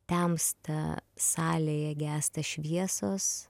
temsta salėje gęsta šviesos